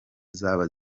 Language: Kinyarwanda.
zaba